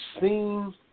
seen